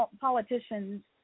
politicians